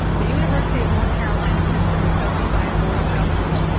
the university of north carolina system is governed by a board of governors,